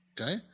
okay